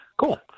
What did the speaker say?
Cool